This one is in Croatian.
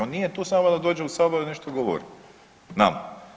On nije tu samo da dođe u sabor i nešto govori nama.